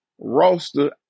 roster